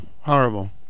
horrible